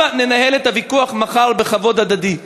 הבה ננהל את הוויכוח מחר בכבוד הדדי.